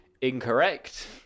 incorrect